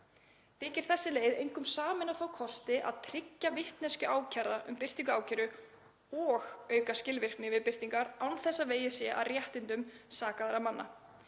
Þykir þessi leið einkum sameina þá kosti að tryggja vitneskju ákærða um birtingu ákæru og auka skilvirkni við birtingar án þess að vegið sé að réttindum sakaðra manna.